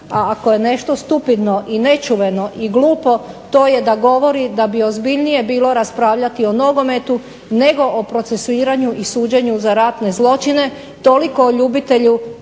A ako je nešto stupidno i nečuveno i glupo to je da govori da bi ozbiljnije bilo raspravljati o nogometu nego o procesuiranju i suđenju za ratne zločine. Toliko o ljubitelju